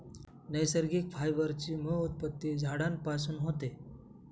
नैसर्गिक फायबर ची मूळ उत्पत्ती झाडांपासून होते